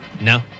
No